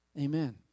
Amen